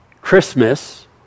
Christmas